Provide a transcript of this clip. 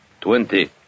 Twenty